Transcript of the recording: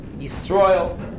Israel